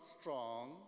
strong